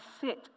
sit